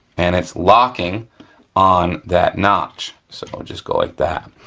and it's locking on that notch, so i'll just go like that.